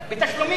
בתשלומים.